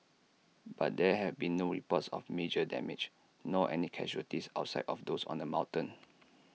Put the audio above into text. but there have been no reports of major damage nor any casualties outside of those on the mountain